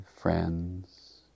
friends